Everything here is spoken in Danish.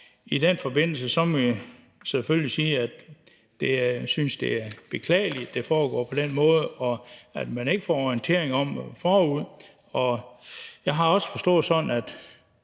i den forbindelse må vi selvfølgelig sige, at vi synes, det er beklageligt, at det foregår på den måde, og at man ikke får en orientering om det forud, og jeg er ikke engang